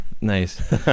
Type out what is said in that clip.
nice